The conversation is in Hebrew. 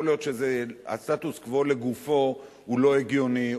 יכול להיות שהסטטוס-קוו לגופו הוא לא הגיוני,